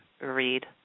read